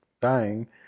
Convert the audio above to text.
dying